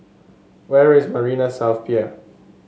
where is Marina South Pier